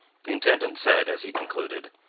the intendant said, as he concluded.